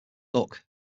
duck